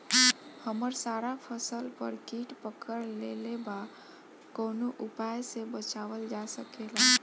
हमर सारा फसल पर कीट पकड़ लेले बा कवनो उपाय से बचावल जा सकेला?